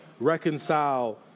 reconcile